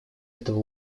этого